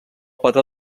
patró